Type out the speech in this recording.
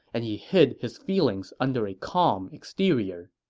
and he hid his feelings under a calm exterior.